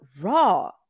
Raw